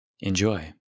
Enjoy